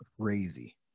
crazy